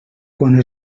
quan